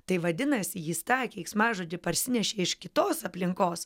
tai vadinasi jis tą keiksmažodį parsinešė iš kitos aplinkos